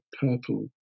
purple